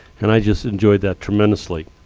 and i just enjoyed that tremendously.